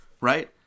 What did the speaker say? right